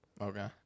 Okay